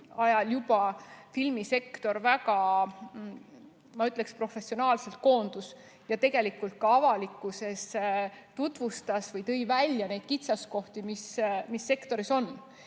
ajal juba filmisektor, ma ütleksin, väga professionaalselt koondus ja tegelikult ka avalikkuses tutvustas neid kitsaskohti, mis sektoris on.